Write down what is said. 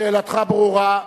שאלתך ברורה.